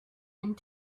and